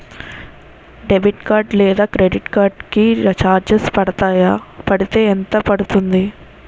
Debit card లేదా credit card కి charges పడతాయా? పడితే ఎంత పడుతుంది?